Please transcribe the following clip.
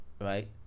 right